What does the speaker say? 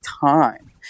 time